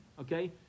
okay